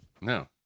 No